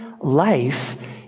life